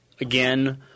again